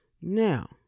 now